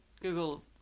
Google